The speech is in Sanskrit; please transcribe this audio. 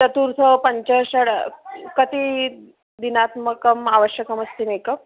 चतुर्थं पञ्च षड् कति दिनात्मकम् आवश्यकमस्ति मेकप्